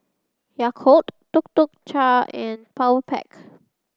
Yakult Tuk Tuk Cha and Powerpac